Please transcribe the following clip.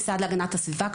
המשרד להגנת הסביבה,